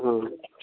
ହଁ